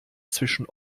zwischen